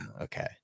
Okay